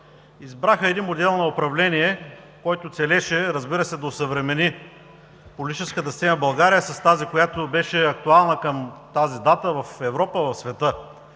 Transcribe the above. избраха един модел на управление, който целеше, разбира се, да осъвремени политическата сцена в България с тази, която беше актуална към тази дата в Европа, в света,